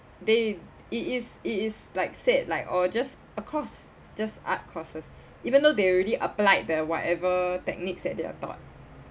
they it is it is like said like or just across just art courses even though they already applied the whatever techniques that they are taught